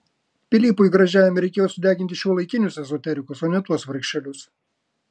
pilypui gražiajam reikėjo sudeginti šiuolaikinius ezoterikus o ne tuos vargšelius